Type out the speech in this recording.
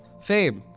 fame!